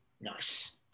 Nice